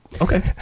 Okay